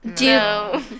no